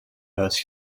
huis